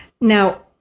Now